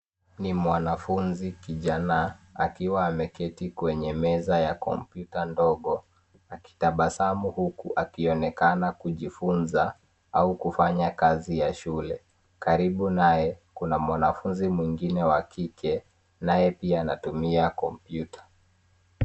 Ni mwanafunzi kijana akiwa ameketi kwenye meza ya kompyuta ndogo akitabasamu huku akionekna kujifunza au kufanya kazi ya shule. Karibu naye kuna mwanafunzi mwingine wa kike, naye pia anatumia kompyuta.